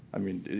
i mean,